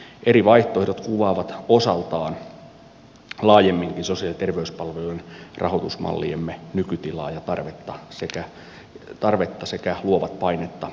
eri vaihtoehdot kuvaavat osaltaan laajemminkin sosiaali ja terveyspalvelujen rahoitusmalliemme nykytilaa ja tarvetta sekä luovat painetta muutoksiin